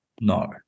No